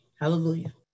Hallelujah